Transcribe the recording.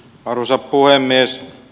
arvoisa puhemies